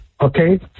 Okay